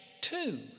two